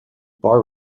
bar